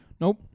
Nope